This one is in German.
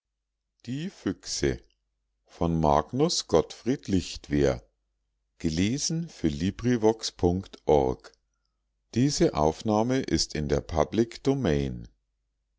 magnus gottfried lichtwer